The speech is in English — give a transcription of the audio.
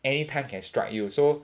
anytime can strike you so